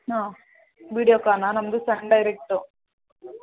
ಹಾಂ ವಿಡಿಯೋಕಾನಾ ನಮ್ಮದು ಸನ್ ಡೈರೆಕ್ಟು